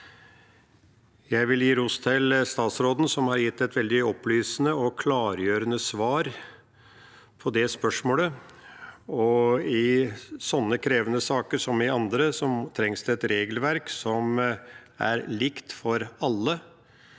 Jeg vil gi ros til statsråden, som har gitt et veldig opplysende og klargjørende svar på det spørsmålet. I sånne krevende saker, som i andre, trengs det et regelverk som er likt for alle,